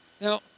Now